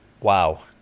Wow